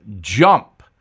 jump